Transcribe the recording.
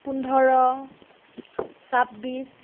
পোন্ধৰ ছাব্বিছ